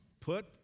put